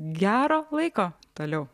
gero laiko toliau